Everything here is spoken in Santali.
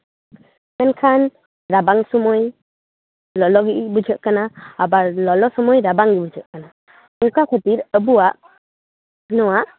ᱢᱮᱱᱠᱷᱟᱱ ᱨᱟᱵᱟᱝ ᱥᱚᱢᱚᱭ ᱞᱚᱞᱚ ᱜᱮ ᱵᱩᱡᱷᱟᱹᱜ ᱠᱟᱱᱟ ᱟᱵᱟᱨ ᱞᱚᱞᱚ ᱥᱚᱢᱚᱭ ᱨᱟᱵᱟᱝ ᱵᱩᱡᱷᱟᱹᱜ ᱠᱟᱱᱟ ᱚᱱᱠᱟ ᱠᱷᱟᱹᱛᱤᱨ ᱟᱵᱚᱣᱟᱜ ᱱᱚᱣᱟ